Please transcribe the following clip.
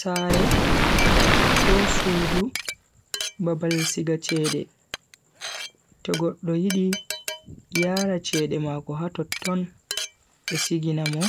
sare ko suudu babal siga chede togodohidi yara chede mwakoha totton besiginamo